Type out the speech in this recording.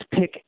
pick